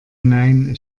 nein